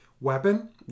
weapon